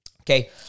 Okay